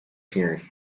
tears